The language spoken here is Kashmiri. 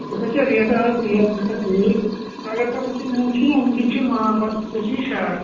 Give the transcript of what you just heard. یہِ ہسا چھےٚ ریٹ اَز ریٹ گژھان کُنی اگر ژےٚ وُنکیٚن نِیُن چھُے وُنکیٚن چھُے مال پال پتہٕ گٔژھی یہِ شاٹ